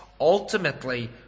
ultimately